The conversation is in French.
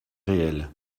réelle